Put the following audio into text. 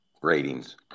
ratings